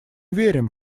верим